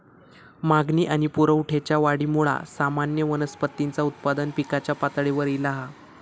मागणी आणि पुरवठ्याच्या वाढीमुळा सामान्य वनस्पतींचा उत्पादन पिकाच्या पातळीवर ईला हा